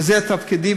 וזה תפקידי,